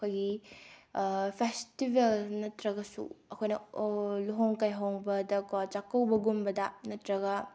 ꯑꯩꯈꯣꯏꯒꯤ ꯐꯦꯁꯇꯤꯚꯦꯜ ꯅꯠꯇ꯭ꯔꯒꯁꯨ ꯑꯩꯈꯣꯏꯅ ꯂꯨꯍꯣꯡ ꯀꯩꯍꯧꯕꯗꯀꯣ ꯆꯥꯛꯀꯧꯕꯒꯨꯝꯕꯗ ꯅꯠꯇ꯭ꯔꯒ